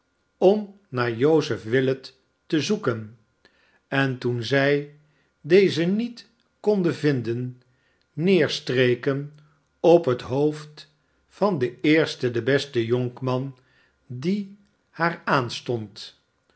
om naar joseph willet te zoeken en toen zij dezen niet konden vinden neerstreken op het hoofd van den eersten den besten jonkman die haar aanstond